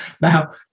Now